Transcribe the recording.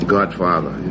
Godfather